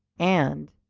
and